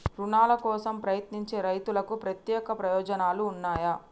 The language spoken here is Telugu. రుణాల కోసం ప్రయత్నించే రైతులకు ప్రత్యేక ప్రయోజనాలు ఉన్నయా?